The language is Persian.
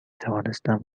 توانستم